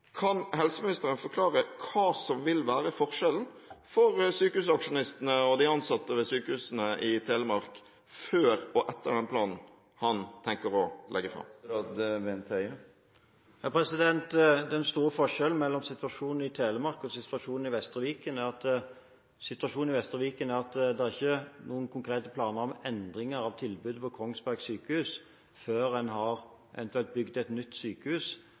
Kan helseministeren forklare hva som vil være forskjellen for sykehusaksjonistene og de ansatte ved sykehusene i Telemark før og etter den planen han tenker å legge fram? Den store forskjellen mellom situasjonen i Telemark og i Vestre Viken er at det i Vestre Viken ikke er noen konkrete planer om endringer av tilbudet på Kongsberg sykehus før en eventuelt har bygd et nytt sykehus